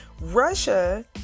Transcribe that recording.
Russia